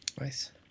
Nice